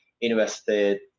invested